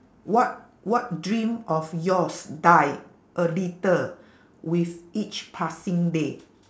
what what dream of yours die a little with each passing day